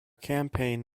campaign